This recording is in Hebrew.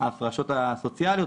ההפרשות הסוציאליות,